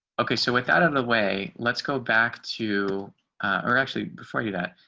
okay, so without of the way let's go back to are actually before you that